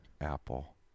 apple